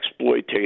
exploitative